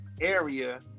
area